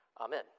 amen